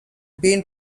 been